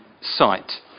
site